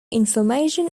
information